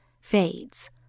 fades